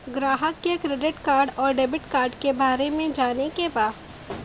ग्राहक के credit card और डेविड कार्ड के बारे में जाने के बा?